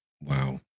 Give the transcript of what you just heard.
Wow